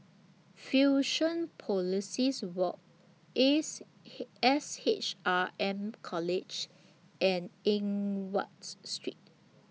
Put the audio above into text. Fusionopolis Walk Ace He S H R M College and Eng Watts Street